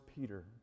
Peter